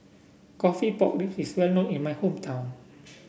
coffee Pork Ribs is well known in my hometown